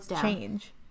change